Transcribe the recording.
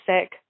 sick